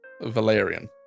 Valerian